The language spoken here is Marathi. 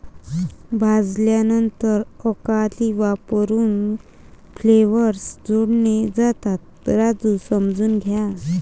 भाजल्यानंतर अल्कली वापरून फ्लेवर्स जोडले जातात, राजू समजून घ्या